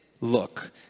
look